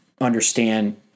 understand